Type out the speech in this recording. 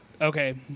okay